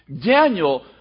Daniel